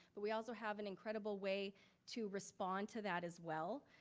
but we also have an incredible way to respond to that as well.